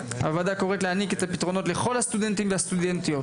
הוועדה קוראת להעניק את הפתרונות לכל הסטודנטים והסטודנטיות,